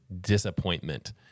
disappointment